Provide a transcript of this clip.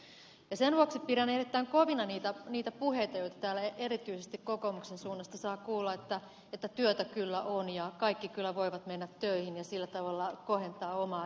ja sen vuoksi pidän erittäin kovina niitä puheita joita täällä erityisesti kokoomuksen suunnasta saa kuulla että työtä kyllä on ja kaikki kyllä voivat mennä töihin ja sillä tavalla kohentaa omaa elämäntilannettaan